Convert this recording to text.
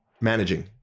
Managing